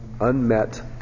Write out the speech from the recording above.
unmet